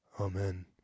Amen